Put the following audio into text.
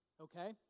okay